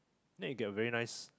then you get a very nice